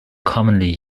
commonly